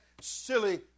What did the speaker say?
silly